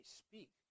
speak